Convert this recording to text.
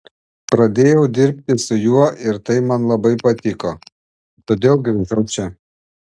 pradėjau dirbi su juo ir tai man labai patiko todėl grįžau čia